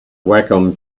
wacom